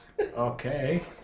okay